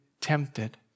tempted